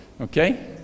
Okay